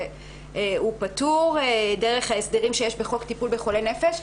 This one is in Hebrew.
והוא פטור דרך ההסדרים שיש בחוק טיפול בחולי נפש.